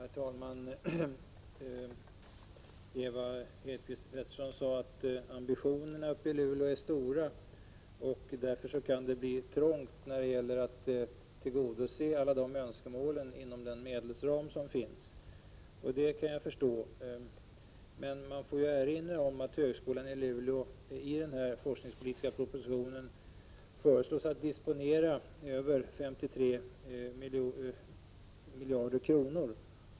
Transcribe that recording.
Herr talman! Ewa Hedkvist Petersen sade att ambitionerna i Luleå är stora, och att det därför kan bli trångt när det gäller att tillgodose alla önskemål inom den medelstora ram som finns. Det kan jag förstå. Men jag vill erinra om att högskolan i Luleå enligt denna forskningspolitiska proposition föreslås disponera över 53 milj.kr.